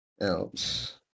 ...else